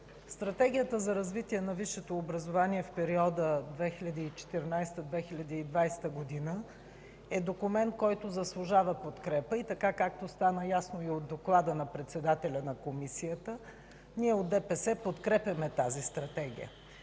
Стратегията за развитие на висшето образование в периода 2014 – 2020 г. е документ, който заслужава подкрепа. Както стана ясно от доклада на председателя на Комисията, ние от ДПС подкрепяме тази Стратегия.